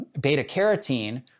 beta-carotene